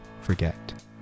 forget